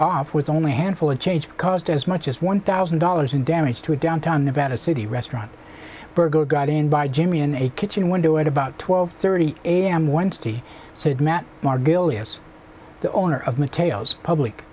off with only a handful of change caused as much as one thousand dollars in damage to a downtown nevada city restaurant burgo got in by jimmy in a kitchen window at about twelve thirty a m wednesday said matt meagher gill yes the owner of materials public